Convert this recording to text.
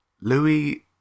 Louis